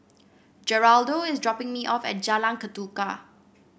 Geraldo is dropping me off at Jalan Ketuka